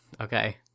okay